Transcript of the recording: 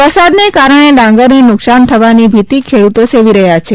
વરસાદને કારણે ડાંગરને નુકસાન થવાની ભીતી ખેડૂતો સેવી રહ્યાં છે